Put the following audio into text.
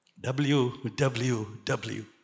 W-W-W